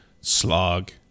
slog